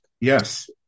Yes